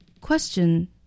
Question